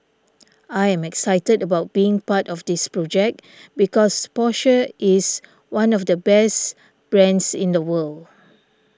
I am excited about being part of this project because Porsche is one of the best brands in the world